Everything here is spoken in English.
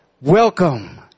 welcome